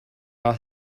are